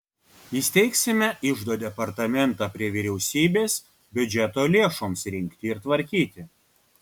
įsteigsime iždo departamentą prie vyriausybės biudžeto lėšoms rinkti ir tvarkyti